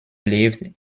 lived